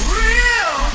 real